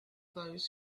those